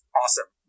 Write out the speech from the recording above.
awesome